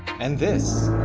and this.